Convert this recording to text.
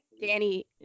Danny